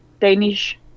Danish